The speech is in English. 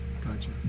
gotcha